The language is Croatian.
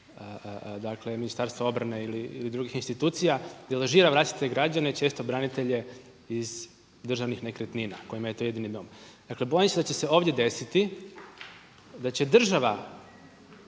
preko Ministarstva obrane ili drugih institucija deložira vlastite građane često branitelje iz državnih nekretnina kojima je to jedini dom. Dakle bojim se da će se ovdje desiti da će država